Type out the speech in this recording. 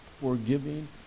forgiving